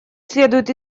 следует